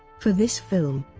for this film,